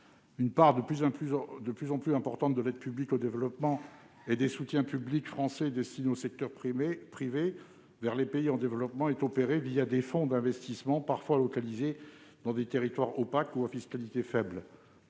Une part de plus en plus importante de l'APD et des soutiens publics français destinés au secteur privé vers les pays en développement est opérée des fonds d'investissement, parfois localisés dans des territoires opaques ou à fiscalité faible.